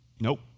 Nope